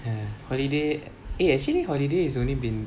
err holiday eh actually holiday is only been